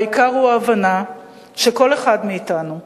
והעיקר הוא ההבנה שכל אחד מאתנו,